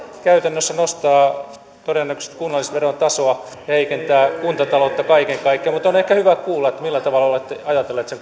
käytännössä nostaa todennäköisesti kunnallisverotasoa ja heikentää kuntataloutta kaiken kaikkiaan on ehkä hyvä kuulla millä tavalla olette ajatelleet sen